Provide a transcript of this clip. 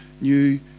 new